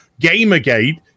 Gamergate